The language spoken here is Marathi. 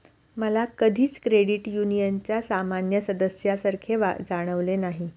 मला कधीच क्रेडिट युनियनच्या सामान्य सदस्यासारखे जाणवले नाही